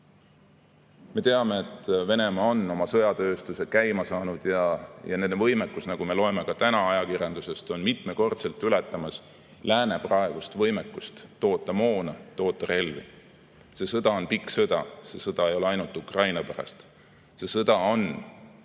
Me teame, et Venemaa on oma sõjatööstuse käima saanud ja nende võimekus, nagu me loeme täna ajakirjandusest, on mitmekordselt ületamas lääne praegust võimekust toota moona, toota relvi. See sõda on pikk sõda, ja sõda ei ole ainult Ukraina pärast. See sõda on meie